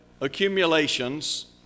accumulations